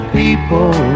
people